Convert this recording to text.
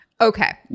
Okay